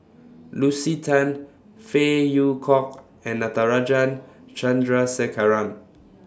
Lucy Tan Phey Yew Kok and Natarajan Chandrasekaran